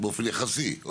באופן יחסי.